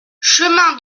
chemin